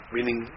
Meaning